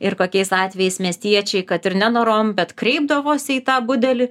ir kokiais atvejais miestiečiai kad ir nenorom bet kreipdavosi į tą budelį